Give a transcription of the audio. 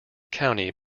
county